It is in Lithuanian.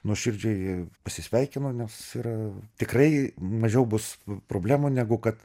nuoširdžiai pasisveikinu nes yra tikrai mažiau bus problemų negu kad